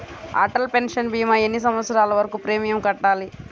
Atal pension భీమా ఎన్ని సంవత్సరాలు వరకు ప్రీమియం కట్టాలి?